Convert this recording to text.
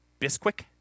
Bisquick